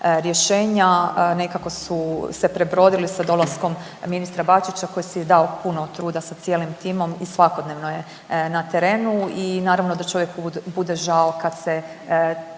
rješenja nekako su se prebrodili sa dolaskom ministra Bačića koji si je dao puno truda sa cijelim timom i svakodnevno je na terenu i naravno da čovjeku bude žao kada se